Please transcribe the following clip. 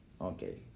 Okay